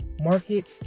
market